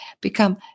become